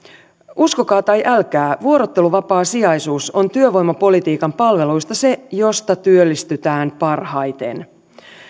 uskokaa tai älkää vuorotteluvapaasijaisuus on työvoimapolitiikan palveluista se josta työllistytään parhaiten